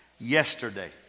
Yesterday